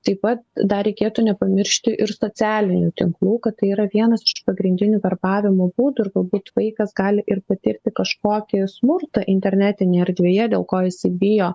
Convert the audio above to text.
taip pat dar reikėtų nepamiršti ir socialinių tinklų kad tai yra vienas iš pagrindinių berbavimo būdų ir galbūt vaikas gali ir patirti kažkokį smurtą internetinėje erdvėje dėl ko jisai bijo